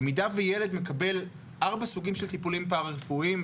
במידה והילד מקבל ארבע סוגים של טיפולים פרא רפואיים,